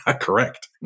Correct